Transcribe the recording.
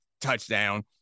touchdown